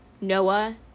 Noah